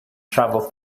travel